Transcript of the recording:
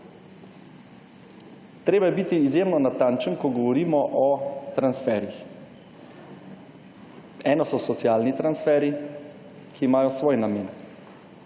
Treba je biti izjemno natančen ko govorimo o transferjih. Eno so socialni transferji, ki imajo svoj namen.